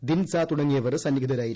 ധിൻഡ്സ തുടങ്ങിയവർ സന്നിഹിതരായിരുന്നു